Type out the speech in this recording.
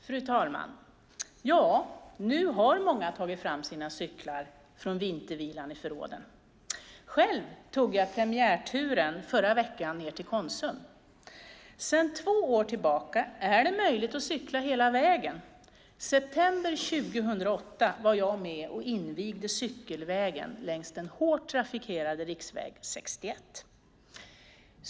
Fru talman! Nu har många tagit fram sina cyklar från vintervilan i förråden. Själv tog jag premiärturen förra veckan, ned till Konsum. Sedan två år tillbaka är det möjligt att cykla hela vägen. I september 2008 var jag med och invigde cykelvägen längs den hårt trafikerade riksväg 61.